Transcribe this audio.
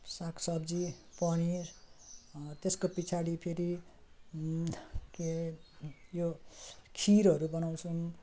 सागसब्जी पनिर त्यसको पछाडि फेरि के यो खिरहरू बनाउँछौँ